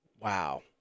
Wow